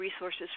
resources